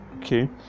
Okay